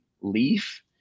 leaf